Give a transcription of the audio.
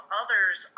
others